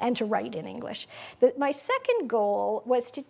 and to write in english that my second goal was to